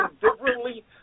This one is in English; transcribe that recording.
differently